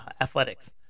athletics